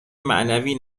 معنوی